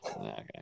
okay